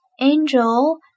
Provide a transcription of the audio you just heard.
angel